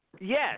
Yes